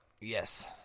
Yes